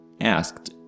asked